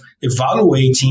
evaluating